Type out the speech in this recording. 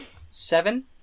Seven